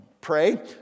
pray